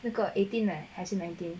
那个 eighteen leh has nineteen